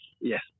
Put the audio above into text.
Yes